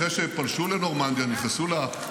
-- אחרי שאמרו לנו את כל זה,